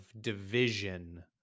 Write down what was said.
division